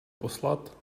poslat